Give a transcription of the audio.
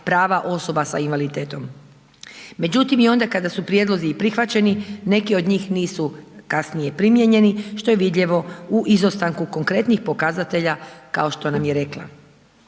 prava osoba s invaliditetom. Međutim, i onda kada su prijedlozi i prihvaćeni, neki od njih nisu kasnije primijenjeni, što je vidljivo iz izostanku konkretnih pokazatelja, kao što nam je rekla.